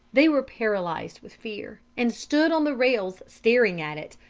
they were paralysed with fear, and stood on the rails staring at it,